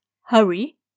hurry